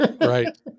Right